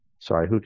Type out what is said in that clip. Sorry